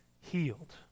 healed